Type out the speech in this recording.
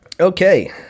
Okay